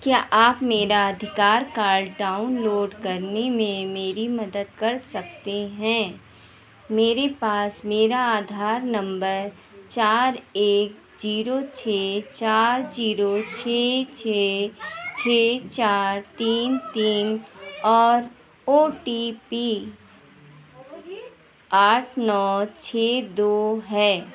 क्या आप मेरा आधार कार्ड करने में मेरी मदद कर सकते हैं मेरे पास मेरा आधार नम्बर चार एक ज़ीरो छह चार ज़ीरो छह छह छह चार तीन तीन और ओ टी पी आठ नौ छह दो है